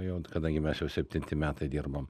jau kadangi mes jau septinti metai dirbam